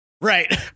Right